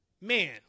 Man